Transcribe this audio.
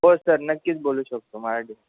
हो सर नक्कीच बोलू शकतो मराठीत